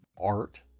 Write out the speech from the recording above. art